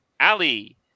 Ali